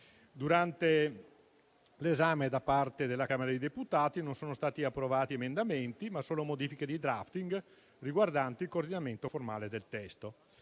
Durante l'esame da parte della Camera dei deputati non sono stati approvati emendamenti, ma solo modifiche di *drafting* riguardanti il coordinamento formale del testo.